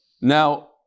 Now